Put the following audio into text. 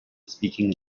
speaking